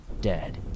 dead